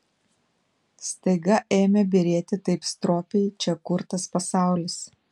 staiga ėmė byrėti taip stropiai čia kurtas pasaulis